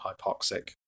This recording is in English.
hypoxic